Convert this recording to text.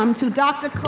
um to dr.